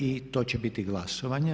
I to će biti glasovanje.